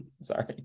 Sorry